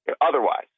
otherwise